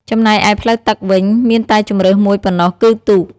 ចំណែកឯផ្លូវទឹកវិញ មានតែជម្រើសមួយប៉ុណ្ណោះគឺទូក។